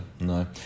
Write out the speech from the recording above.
no